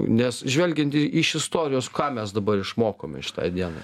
nes žvelgiant į iš istorijos ką mes dabar išmokome šitai dienai